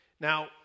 Now